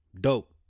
dope